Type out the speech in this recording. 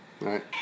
Right